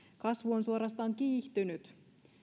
kasvu on suorastaan kiihtynyt